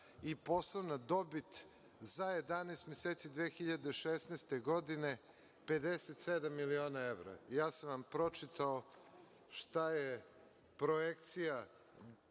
i poslovna dobit za 11 meseci 2016. godine 57 miliona evra. Ja sam vam pročitao šta je projekcija